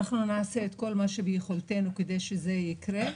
ואנחנו נעשה את כל מה שביכולתנו כדי שזה יקרה.